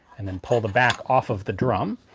and then pull the back off of the drum,